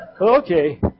Okay